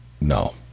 No